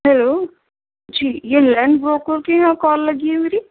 hello جی یہ ورنڈ ہوکو کے یہاں کال لگی ہے میری